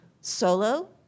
solo